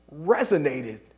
resonated